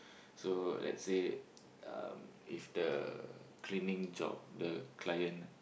so let's say um if the cleaning job the client